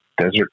Desert